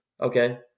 Okay